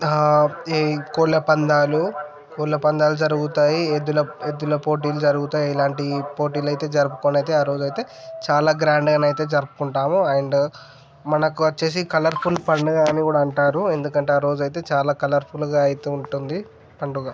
ఈ కోళ్ళ పందాలు కోళ్ళ పందాలు జరుగుతాయి ఎద్దుల ఎద్దుల పోటీలు జరుగుతాయి ఇలాంటివి పోటీలైతే జరుపుకోని అయితే ఆ రోజు అయితే చాలా గ్రాండ్గా అయితే జరుపుకుంటాము అండ్ మనకొచ్చేసి కలర్ఫుల్ పండుగ అని కూడా అంటారు ఎందుకంటే ఆ రోజు అయితే చాలా కలర్ఫుల్ గా అయితే ఉంటుంది పండుగ